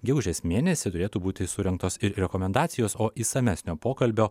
gegužės mėnesį turėtų būti surengtos ir rekomendacijos o išsamesnio pokalbio